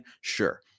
sure